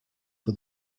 for